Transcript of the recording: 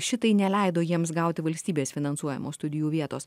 šitai neleido jiems gauti valstybės finansuojamų studijų vietos